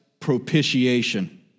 propitiation